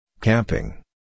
Camping